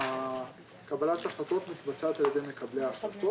קבלת ההחלטות מתבצעת על-ידי מקבלי ההחלטות.